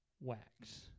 wax